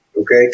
Okay